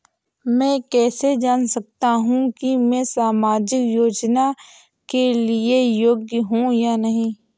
मैं कैसे जान सकता हूँ कि मैं सामाजिक योजना के लिए योग्य हूँ या नहीं?